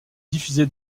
diffusée